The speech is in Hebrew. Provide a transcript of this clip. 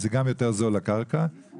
גם עלות הקרקע היא זולה יותר,